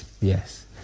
yes